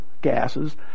gases